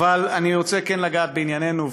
אבל אני רוצה לגעת בענייננו,